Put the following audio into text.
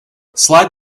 slide